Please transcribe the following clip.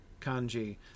Kanji